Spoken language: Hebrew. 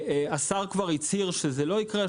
השר כבר הצהיר שזה לא יקרה,